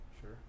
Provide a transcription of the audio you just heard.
sure